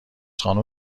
خانم